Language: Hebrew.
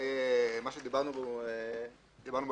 לגבי מה שדיברנו בוועדה.